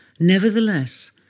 Nevertheless